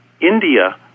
India